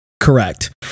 correct